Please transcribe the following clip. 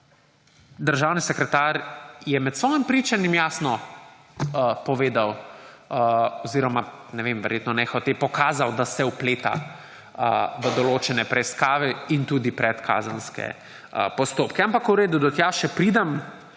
državni sekretar je med svojim pričanjem jasno povedal, oziroma ne vem, verjetno nehote pokazal, da se vpleta v določene preiskave in tudi predkazenske postopke, ampak v redu, do tja še pridem.